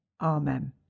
Amen